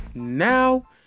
Now